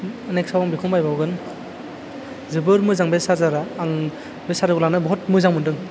नेक्साव आं बेखौनो बायबावगोन जोबोर मोजां बे चार्जारा आं बे चार्जारखौ लाना बुहुत मोजां मोन्दों